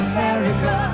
America